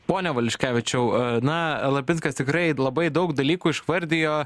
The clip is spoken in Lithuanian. pone valiuškevičiau na lapinskas tikrai labai daug dalykų išvardijo a kai